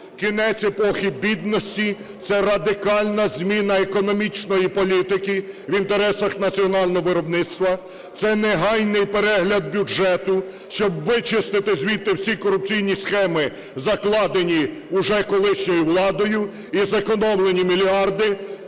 Кінець епохи бідності – це радикальна зміна економічної політики в інтересах національного виробництва, це негайний перегляд бюджету, щоб вичистити звідти всі корупційні схеми, закладені уже колишньою владою, і зекономлені мільярди